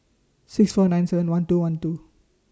six four nine seven one two one two